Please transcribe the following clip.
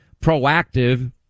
proactive